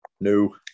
no